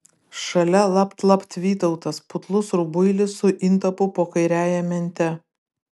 šalia lapt lapt vytautas putlus rubuilis su intapu po kairiąja mente